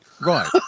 Right